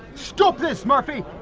stop this murphy!